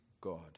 God